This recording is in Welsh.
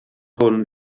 hwn